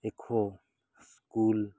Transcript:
ଏଖୋ school